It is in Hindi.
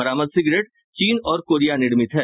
बरामद सिगरेट चीन और कोरिया निर्मित है